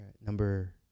number